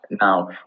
Now